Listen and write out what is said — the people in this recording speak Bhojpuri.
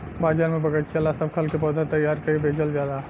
बाजार में बगएचा ला सब खल के पौधा तैयार क के बेचल जाला